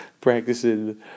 practicing